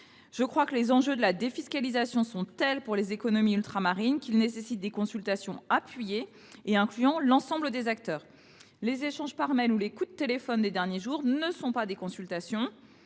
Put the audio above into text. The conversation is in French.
mieux : les enjeux relatifs à la défiscalisation sont tels pour les économies ultramarines qu’ils nécessitent des consultations appuyées incluant l’ensemble des acteurs. Les échanges par mail ou les coups de téléphone des derniers jours ne sont pas des consultations.